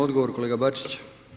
Odgovor, kolega Bačić.